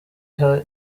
iha